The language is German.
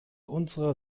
unserer